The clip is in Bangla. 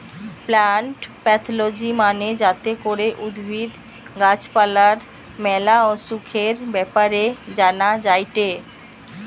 প্লান্ট প্যাথলজি মানে যাতে করে উদ্ভিদ, গাছ পালার ম্যালা অসুখের ব্যাপারে জানা যায়টে